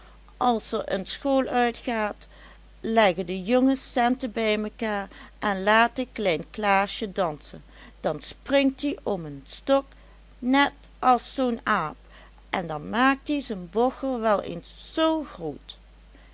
als er en school uitgaat leggen de jongens centen bij mekaar en laten klein klaasje dansen dan springt ie om een stok net as zoo'n aap en dan maakt ie zijn bochel wel eens zoo groot